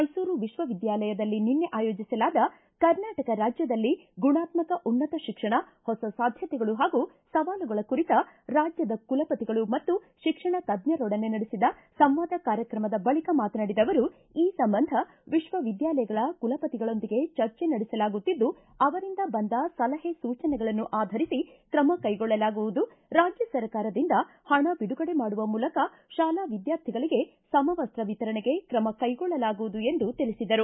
ಮೈಸೂರು ವಿಶ್ವವಿದ್ಯಾಲಯದಲ್ಲಿ ನಿನ್ನೆ ಆಯೋಜಿಸಲಾದ ಕರ್ನಾಟಕ ರಾಜ್ಯದಲ್ಲಿ ಗುಣಾತ್ಸಕ ಉನ್ನತ ಶಿಕ್ಷಣ ಹೊಸ ಸಾಧ್ಯತೆಗಳು ಹಾಗೂ ಸವಾಲುಗಳ ಕುರಿತ ರಾಜ್ಯದ ಕುಲಪತಿಗಳು ಮತ್ತು ಶಿಕ್ಷಣ ತಜ್ಞರೊಡನೆ ನಡೆಸಿದ ಸಂವಾದ ಕಾರ್ಯಕ್ರಮದ ಬಳಿಕ ಅವರು ಈ ಸಂಬಂಧ ವಿಶ್ವವಿದ್ದಾಲಯಗಳ ಕುಲಪತಿಗಳೊಂದಿಗೆ ಚರ್ಚೆ ನಡೆಸಲಾಗುತ್ತಿದ್ದು ಅವರಿಂದ ಬಂದ ಸಲಹೆ ಸೂಚನೆಗಳನ್ನು ಆಧರಿಸಿ ಕ್ರಮ ಕೈಗೊಳ್ಳಲಾಗುವುದು ರಾಜ್ಜ ಸರ್ಕಾರದಿಂದ ಪಣ ಬಿಡುಗಡೆ ಮಾಡುವ ಮೂಲಕ ಶಾಲಾ ವಿದ್ವಾರ್ಥಿಗಳಿಗೆ ಸಮವಸ್ತ ವಿತರಣೆಗೆ ತ್ರಮ ಕೈಗೊಳ್ಳಲಾಗುವುದು ಎಂದು ತಿಳಿಸಿದರು